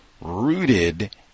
rooted